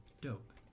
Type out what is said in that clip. Dope